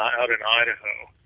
out in idaho.